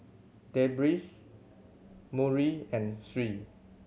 Deris Murni and Sri